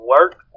work